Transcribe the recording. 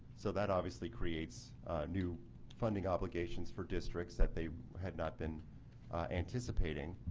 so that obviously creates new funding obligations for districts that they had not been anticipating.